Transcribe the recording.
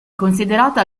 considerata